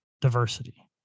diversity